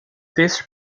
this